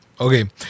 Okay